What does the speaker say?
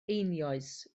einioes